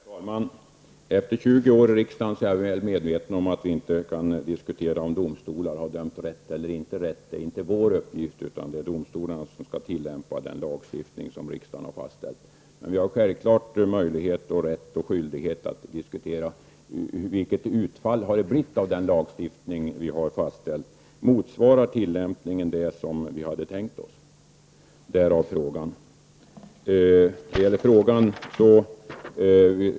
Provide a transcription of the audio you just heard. Herr talman! Efter 20 år i riksdagen är jag väl medveten om att vi inte kan diskutera om huruvida domstolarna har dömt rätt eller inte. Det är alltså inte vår uppgift. Domstolarna har att tillämpa den lagstiftning som riksdagen har fastställt. Men vi har självfallet möjlighet, rätt och skyldighet att diskutera utfallet av den lagstiftning som vi har fastställt och studera tillämpningen för att se om den motsvarar vad vi hade tänkt oss. Detta var anledningen till frågan.